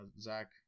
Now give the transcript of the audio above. Zach